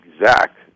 exact